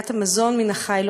תעשיית המזון מהחי,